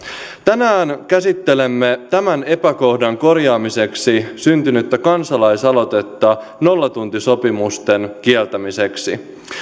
tänään käsittelemme tämän epäkohdan korjaamiseksi syntynyttä kansalaisaloitetta nollatuntisopimusten kieltämiseksi